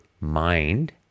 mind